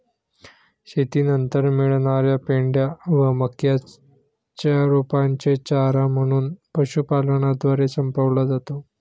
शेतीनंतर मिळणार्या पेंढ्या व मक्याच्या रोपांचे चारा म्हणून पशुपालनद्वारे संपवला जातो